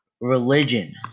religion